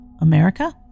America